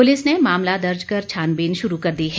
police ने मामला दर्ज कर छानबीन शुरू कर दी है